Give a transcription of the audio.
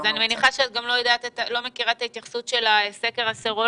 אז אני מניחה שאת גם לא מכירה את ההתייחסות של הסקר הסרולוגי.